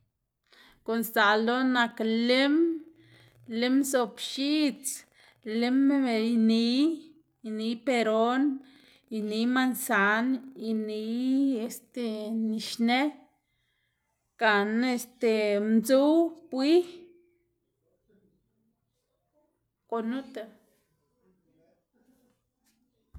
Guꞌn sdzaꞌl ldoꞌná nak lim, lim zob x̱idz, lime iniy, iniy peron, iniy manzan, iniy este nixnë gana este ndzuw, bwi gunuta.